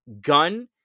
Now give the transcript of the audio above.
gun